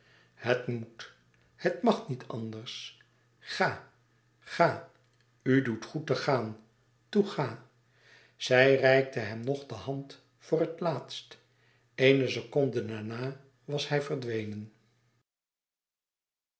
het moet het mag niet anders ga ga u doet goed te gaan toe ga zij reikte hem nog de hand voor het laatst eene seconde daarna was hij verdwenen